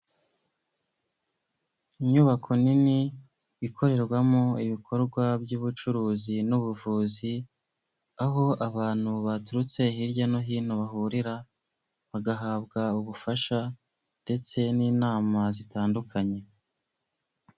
Inyubako nini ikorerwamo ibikorwa by'ubucuruzi n'ubuvuzi aho abantu baturutse hirya no hino bahurira bagahabwa ubufasha ndetse n'inama zitandukanye.